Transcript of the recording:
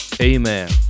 Amen